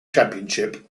championship